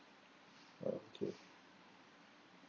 uh okay